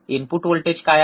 input voltage काय आहे